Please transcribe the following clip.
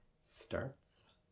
starts